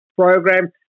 program